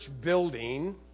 building